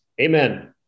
Amen